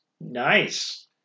Nice